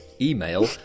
email